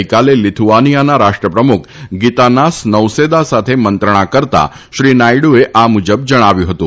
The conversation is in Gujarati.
ગઇકાલે લીથુઆનીયાના રાષ્ટ્રપ્રમુખ ગીતાનાસ નૌસેદા સાથે મંત્રણા કરતા શ્રી નાયડુએ આ મુજબ જણાવ્યું હતું